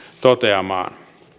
toteamaan